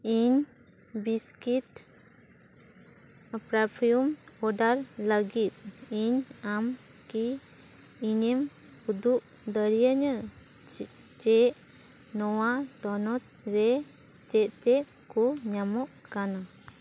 ᱤᱧ biscuit perfume order ᱞᱟᱹᱜᱤᱫ ᱤᱧ ᱟᱢ ᱠᱤ ᱤᱧᱮᱢ ᱩᱫᱩᱜ ᱫᱟᱲᱮᱭᱟᱹᱧᱟ ᱪᱮᱫ ᱪᱮᱫ ᱱᱚᱣᱟ ᱛᱚᱱᱟᱛ ᱨᱮ ᱪᱮᱫ ᱪᱮᱫ ᱠᱚ ᱧᱟᱢᱚᱜ ᱠᱟᱱᱟ